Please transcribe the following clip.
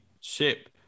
ship